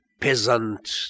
peasant